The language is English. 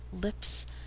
lips